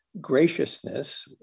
graciousness